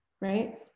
right